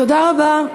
תודה רבה.